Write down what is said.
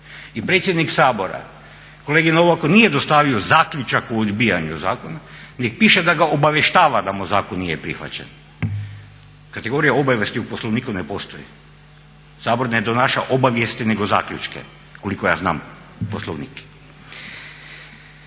I predsjednik Sabora kolegi Novaku nije dostavio zaključak o odbijanju zakona gdje piše da ga obavještava da mu zakon nije prihvaćen. Kategorija obavijesti u Poslovniku ne postoji. Sabor ne donosi obavijesti nego zaključke, koliko ja znam Poslovnik.